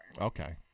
okay